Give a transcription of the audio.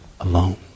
alone